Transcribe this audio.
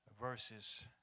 verses